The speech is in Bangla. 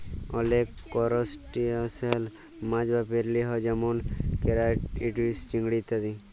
অলেক করসটাশিয়াল মাছ বা পেরালি হ্যয় যেমল কেরাইফিস, চিংড়ি ইত্যাদি